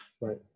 right